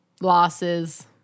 losses